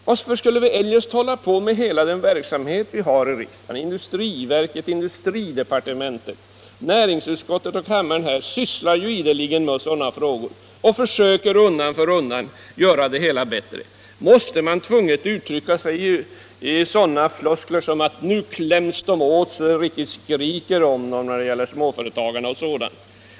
Varför skulle vi eljest bedriva hela den verksamhet som pågår i industriverket, industridepartementet, näringsutskottet och kammaren och där man ideligen sysslar med sådana frågor och undan för undan försöker göra det hela bättre? Måste man tvunget uttrycka sig med sådana floskler som att nu kläms småföretagarna åt så att det riktigt skriker om det?